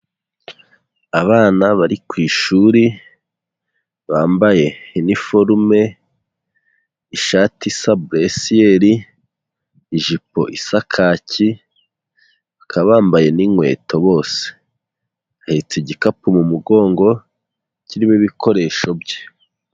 Abana bari ku ishuri bambaye, iniforume, ishati isa buresiyeri, ijipo isa kaki, bakaba bambaye n'inkweto bose. Ahetse igikapu mu mugongo kirimo ibikoresho bye.